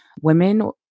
women